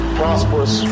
prosperous